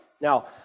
Now